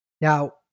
Now